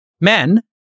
men